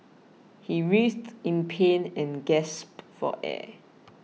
he writhed in pain and gasped for air